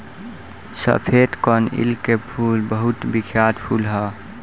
सफेद कनईल के फूल बहुत बिख्यात फूल ह